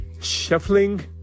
shuffling